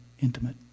intimate